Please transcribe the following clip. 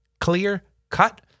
clear-cut